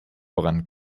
voran